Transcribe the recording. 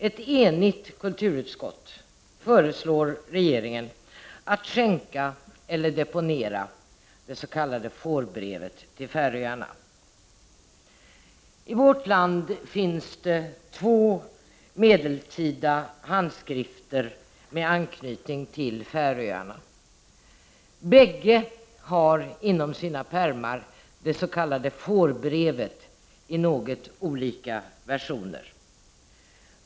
Ett enigt kulturutskott föreslår regeringen att skänka eller deponera det s.k. fårbrevet till Färöarna. I vårt land finns det två medeltida laghandskrifter med anknytning till Färöarna. Bägge har inom sina pärmar det s.k. fårbrevet i något olika versioner.